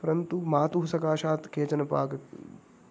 परन्तु मातुः सकाशात् केचन पाकाः